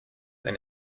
and